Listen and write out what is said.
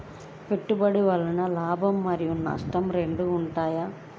పెట్టుబడి వల్ల లాభం మరియు నష్టం రెండు ఉంటాయా?